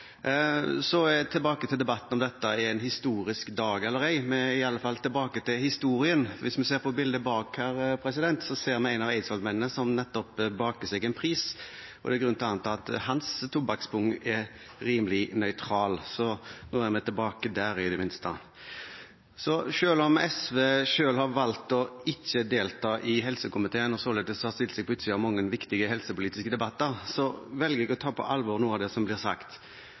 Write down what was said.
Så tilbake til debatten om dette er en historisk dag eller ei. Vi er i alle fall tilbake til historien, for hvis vi ser på bildet bak oss, ser vi en av eidsvollsmennene som baker seg en pris, og det er grunn til å anta at hans tobakkspung er rimelig nøytral. Så nå er vi tilbake der, i det minste. Selv om SV har valgt ikke å delta i helsekomiteen og således har stilt seg på utsiden av mange viktige helsepolitiske debatter, velger jeg å ta på alvor noe av det som blir sagt.